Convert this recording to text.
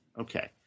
Okay